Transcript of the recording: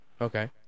Okay